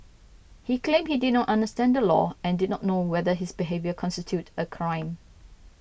he claimed he did not understand the law and did not know whether his behaviour constituted a crime